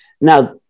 Now